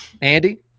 andy